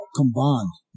combined